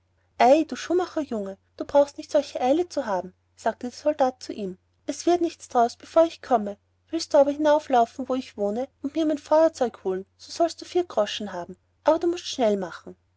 ei du schuhmacherjunge du brauchst nicht solche eile zu haben sagte der soldat zu ihm es wird nichts daraus bevor ich komme willst du aber hinlaufen wo ich gewohnt habe und mir mein feuerzeug holen so sollst du vier groschen haben aber du mußt schnell machen